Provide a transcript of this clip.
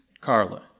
Carla